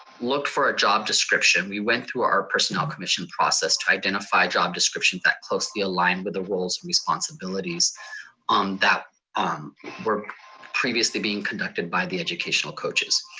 looked for a job description, we went through our personnel commission process to identify a job description that closely align with the roles and responsibilities um that um were previously being conducted by the educational coaches.